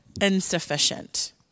insufficient